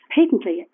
Patently